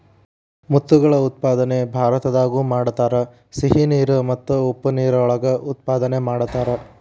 ಮುತ್ತುಗಳ ಉತ್ಪಾದನೆ ಭಾರತದಾಗು ಮಾಡತಾರ, ಸಿಹಿ ನೇರ ಮತ್ತ ಉಪ್ಪ ನೇರ ಒಳಗ ಉತ್ಪಾದನೆ ಮಾಡತಾರ